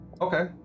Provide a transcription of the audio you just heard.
Okay